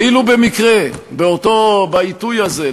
כאילו במקרה, בעיתוי הזה.